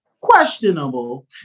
questionable